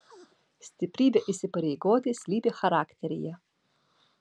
stiprybė įsipareigoti slypi charakteryje